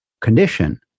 condition